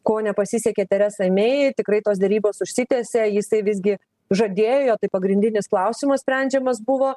ko nepasisekė teresai mei tikrai tos derybos užsitęsė jisai visgi žadėjo jo tai pagrindinis klausimas sprendžiamas buvo